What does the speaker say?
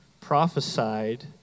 prophesied